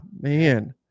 man